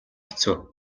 хэцүү